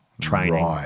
training